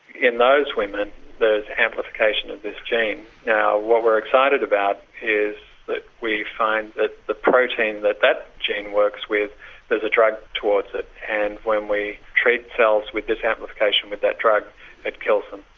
in those women there's amplification of this gene now what we're excited about is that we find that the protein that that gene works with there's a drug towards it and when we treat cells with this amplification with that drug it kills them.